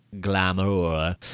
glamour